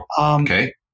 Okay